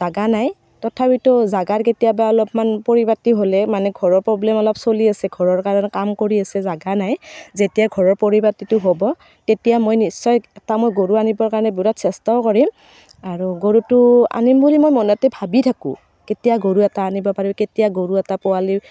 জাগা নাই তথাপিতো জাগাৰ কেতিয়াবা অলপমান পৰিপাতি হ'লে মানে ঘৰৰ প্ৰব্লেম অলপ চলি আছে ঘৰৰ কাৰণ কাম কৰি আছে জাগা নাই যেতিয়া ঘৰৰ পৰিপাতিটো হ'ব তেতিয়া মই নিশ্চয় এটা মই গৰু আনিবৰ কাৰণে বিৰাট চেষ্টাও কৰিম আৰু গৰুটো আনিম বুলি মই মনতে ভাবি থাকোঁ কেতিয়া গৰু এটা আনিব পাৰোঁ কেতিয়া গৰুৰ এটা পোৱালি